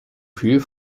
viel